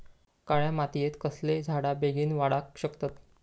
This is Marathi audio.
काळ्या मातयेत कसले झाडा बेगीन वाडाक शकतत?